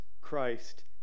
Christ